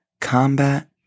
combat